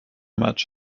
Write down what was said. match